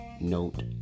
note